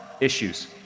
issues